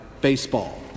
Baseball